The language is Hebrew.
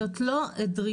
זאת לא דרישה,